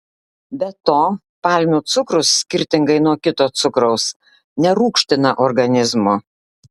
be to palmių cukrus skirtingai nuo kito cukraus nerūgština organizmo